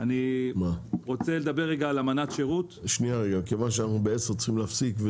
ב-10:00 אנחנו צריכים להפסיק,